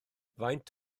faint